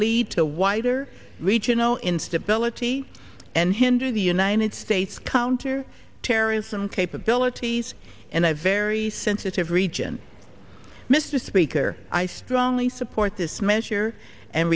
lead to wider regional instability and hinder the united states counter terrorism capabilities and i very sensitive region mrs speaker i strongly support this measure and